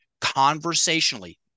conversationally